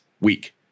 week